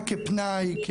רק כפנאי,